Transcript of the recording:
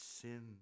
sin